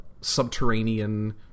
subterranean